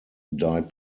died